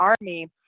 Army